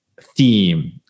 theme